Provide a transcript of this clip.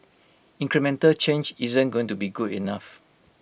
incremental change isn't going to be good enough